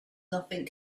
nothing